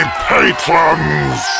patrons